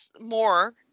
more